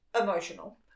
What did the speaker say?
emotional